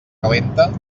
calenta